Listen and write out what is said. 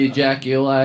Ejaculate